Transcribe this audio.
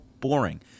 boring